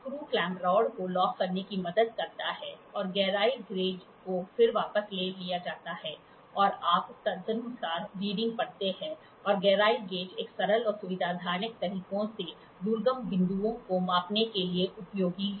screw clamp rod को lock करने में मदद करता है और गहराई गेज को फिर वापस ले लिया जाता है और आप तदनुसार रीडिंग पढ़ते हैं और गहराई गेज एक सरल और सुविधाजनक तरीके से दुर्गम बिंदुओंको मापने के लिए उपयोगी है